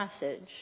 message